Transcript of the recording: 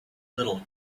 little